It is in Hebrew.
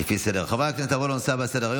אני קובע שהצעת חוק הגדלת נקודות זיכוי